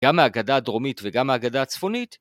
‫גם מהגדה הדרומית וגם מהגדה הצפונית